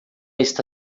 está